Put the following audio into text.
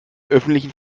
öffentlichen